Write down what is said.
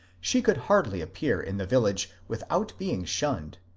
she could hardly appear in the village without being shunned,